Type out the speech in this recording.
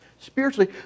spiritually